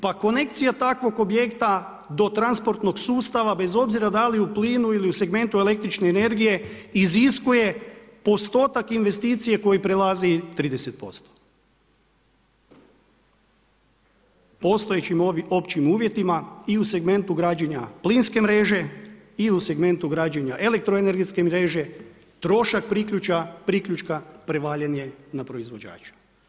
Pa konekcija takvog objekta do transportnog sustava bez obzira da li u plinu ili u segmentu električne energije iziskuje postotak investicije koji prelazi 30% postojećim ovim općim uvjetima i u segmentu građenja plinske mreže i u segmentu građenja elektroenergetske mreže trošak priključka prevaljen je na proizvođača.